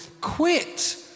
Quit